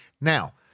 Now